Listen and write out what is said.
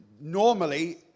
normally